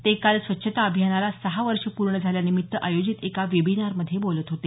ते काल स्वच्छता अभियानाला सहा वर्ष पूर्ण झाल्यानिमित्त आयोजित एका वेबिनारमध्ये बोलत होते